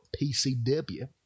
PCW